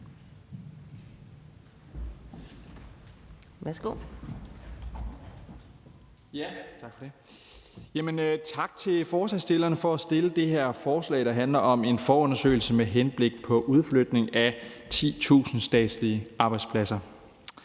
Tak til forslagsstillerne for at fremsætte det her forslag, der handler om en forundersøgelse med henblik på udflytning af 10.000 statslige arbejdspladser.